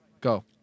go